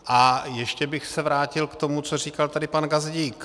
A ještě bych se vrátil k tomu, co říkal tady pan Gazdík.